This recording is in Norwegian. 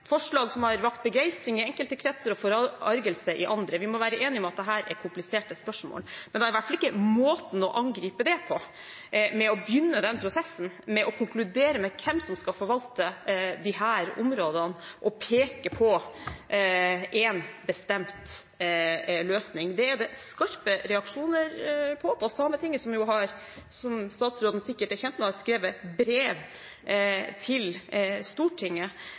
forslag som har vakt begeistring i enkelte kretser og forargelse i andre. Vi må være enige om at dette er kompliserte spørsmål. Da er i hvert fall ikke måten å angripe det på å begynne prosessen med å konkludere med hvem som skal forvalte disse områdene og peke på en bestemt løsning. Det er det kommet skarpe reaksjoner på fra Sametinget, som statsråden sikkert er kjent med har skrevet brev til Stortinget.